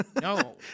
no